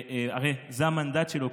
הרי זה המנדט שלו,